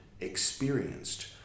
experienced